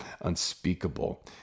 unspeakable